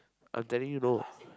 I'm telling you no